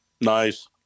Nice